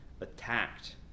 attacked